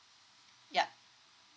yup